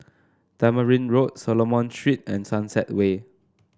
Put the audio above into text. Tamarind Road Solomon Street and Sunset Way